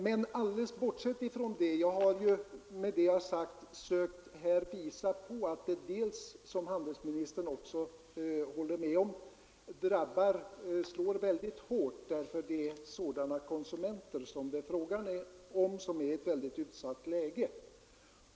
Men alldeles bortsett från det har jag med det anförda försökt påvisa att prishöjningar på fotogen, vilket handelsministern också håller med om, slår mycket hårt därför att det är fråga om konsumenter som befinner sig i ett utsatt läge.